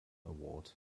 award